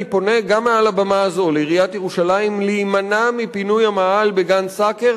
אני פונה גם מעל הבמה הזו לעיריית ירושלים להימנע מפינוי המאהל בגן-סאקר